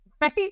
right